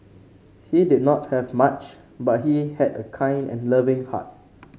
he did not have much but he had a kind and loving heart